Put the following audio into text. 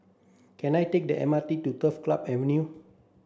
can I take the M R T to Turf Club Avenue